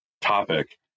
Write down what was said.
topic